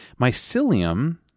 Mycelium